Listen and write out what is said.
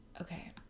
Okay